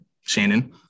Shannon